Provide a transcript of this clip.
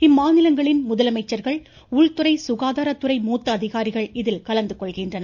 இம்மாநிலங்களின் முதலமைச்சர்கள் உள்துறை சுகாதாரத்துறை மூத்த அதிகாரிகள் இதில் கலந்துகொள்கின்றனர்